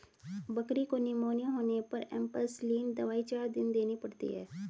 बकरी को निमोनिया होने पर एंपसलीन दवाई चार दिन देनी पड़ती है